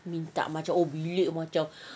minta macam oh bilik macam